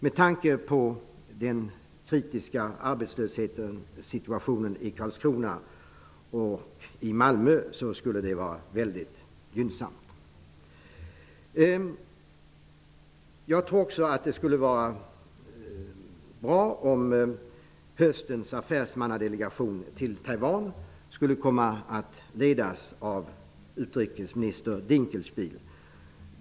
Med tanke på den kritiska arbetslöshetssituationen i Karlskrona och i Malmö skulle det vara väldigt gynnsamt. Jag tror också att det skulle vara bra om höstens affärsmannadelegation till Taiwan skulle komma att ledas av utrikeshandelsminister Dinkelspiel.